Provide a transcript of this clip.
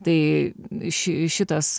tai ši šitas